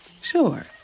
Sure